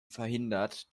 verhindert